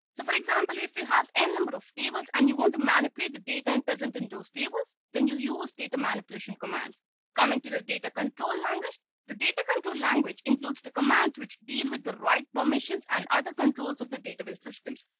so for example, if you have n number of tables and you want to manipulate the data and present in those tables, then you use data manipulation commands coming to the data control language the data control language includes the commands which deal with the right permissions and other controls of the database systems.